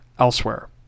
elsewhere